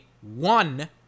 one